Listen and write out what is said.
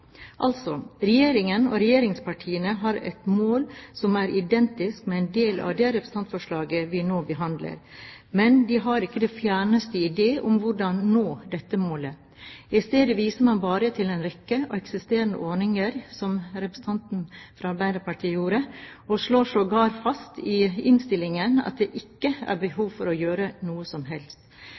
Altså: Regjeringen og regjeringspartiene har et mål som er identisk med en del av det representantforslaget vi nå behandler, men de har ikke den fjerneste idé om hvordan man skal nå dette målet. I stedet viser man bare til en rekke eksisterende ordninger, som representanten fra Arbeiderpartiet gjorde, og slår sågar fast i innstillingen at det ikke er behov for å gjøre noe som helst.